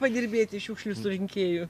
padirbėti šiukšlių surinkėju